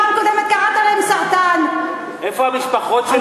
בפעם הקודמת קראת להם "סרטן" איפה המשפחות שלהם?